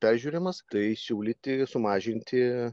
peržiūrimas tai siūlyti sumažinti